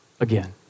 again